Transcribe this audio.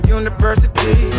university